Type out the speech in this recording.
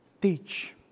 teach